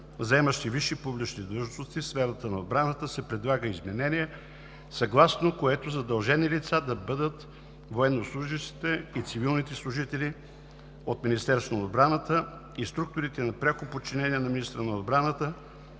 заемащи висши публични длъжности в сферата на отбраната, се предлага изменение, съгласно което задължени лица да бъдат военнослужещите и цивилните служители от Министерството на отбраната и структурите на пряко подчинение на министъра на отбраната,